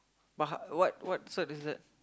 but how what what cert is that